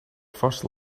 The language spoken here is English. first